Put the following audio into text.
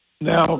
Now